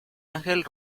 ángel